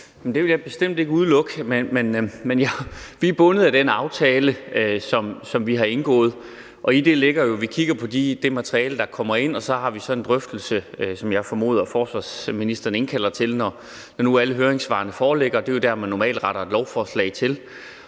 Det vil jeg bestemt ikke udelukke. Men vi er bundet af den aftale, som vi har indgået, og i det ligger der jo, at vi kigger på det materiale, der kommer ind, og så har vi en drøftelse, som jeg formoder at forsvarsministeren indkalder til, når nu alle høringssvarene foreligger, for det er jo normalt dér, man retter et lovforslag til.